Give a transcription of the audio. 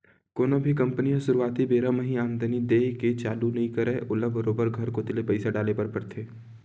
कोनो भी कंपनी ह सुरुवाती बेरा म ही आमदानी देय के चालू नइ करय ओला बरोबर घर कोती ले पइसा डाले बर परथे